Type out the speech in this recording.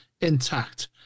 intact